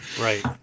Right